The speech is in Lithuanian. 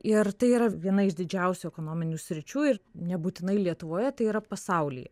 ir tai yra viena iš didžiausių ekonominių sričių ir nebūtinai lietuvoje tai yra pasaulyje